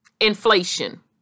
inflation